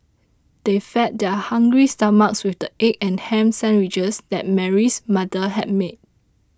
they fed their hungry stomachs with the egg and ham sandwiches that Mary's mother had made